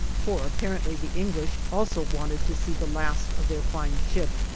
for apparently the english also wanted to see the last of their fine ship,